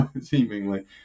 seemingly